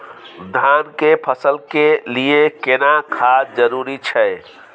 धान के फसल के लिये केना खाद जरूरी छै?